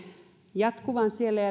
jatkuvan siellä